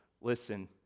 listen